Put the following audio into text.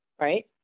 right